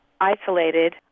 isolated